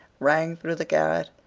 rang through the garret.